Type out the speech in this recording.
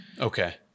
okay